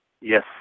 Yes